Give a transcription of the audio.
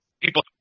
people